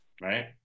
right